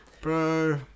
Bro